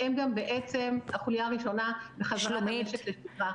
והם גם בעצם החוליה הראשונה לחזרת המשק לשגרה.